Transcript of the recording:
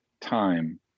time